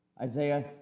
Isaiah